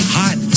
hot